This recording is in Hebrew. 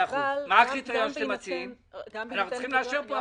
מה הקריטריון שאתם מציעים - אנחנו צריכים לאשר פה עמותות,